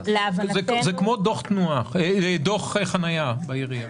זה כמו דוח חנייה בעירייה